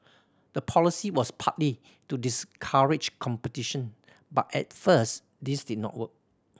the policy was partly to discourage competition but at first this did not work